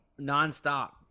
nonstop